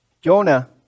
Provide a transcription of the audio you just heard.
Jonah